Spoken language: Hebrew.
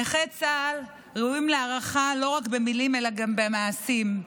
נכי צה"ל ראויים להערכה לא רק במילים אלא גם במעשים.